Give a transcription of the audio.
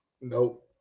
Nope